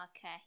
okay